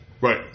Right